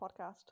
podcast